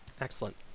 Excellent